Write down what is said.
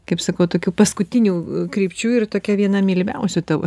kaip sakau tokių paskutinių krypčių ir tokia viena mylimiausių tavo